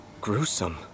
gruesome